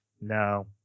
no